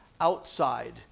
outside